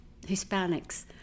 Hispanics